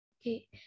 Okay